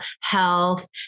health